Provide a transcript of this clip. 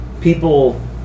people